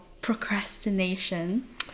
procrastination